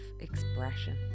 expression